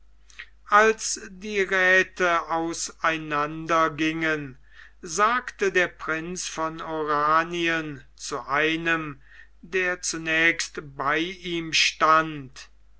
als die räthe auseinander gingen sagte der prinz von oranien zu einem der zunächst bei ihm stand